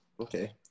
Okay